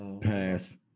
Pass